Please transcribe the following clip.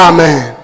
Amen